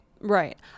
Right